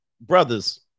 brothers